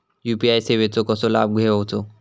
UPI सेवाचो कसो लाभ घेवचो?